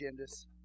agendas